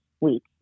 week